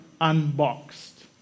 Unboxed